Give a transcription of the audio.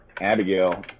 Abigail